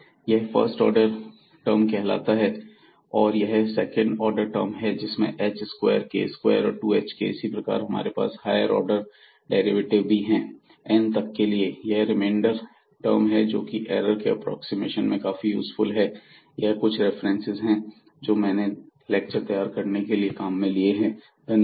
यह first order term हैं और यहां पर सेकंड ऑर्डर टर्म है जिसमें h स्क्वायर k स्क्वायर और 2hk है इसी प्रकार हमारे पास हायर ऑर्डर डेरिवेटिव भी हैं n तक के लिए यह रिमेंडर टर्म है जोकि एरर के एप्रोक्सीमेशन में काफी यूज़फुल है यह कुछ रेफरेंसेस है जो मैंने लेक्चर तैयार करने के लिए काम में लिए हैं धन्यवाद